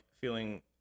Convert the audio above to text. feeling